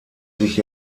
sich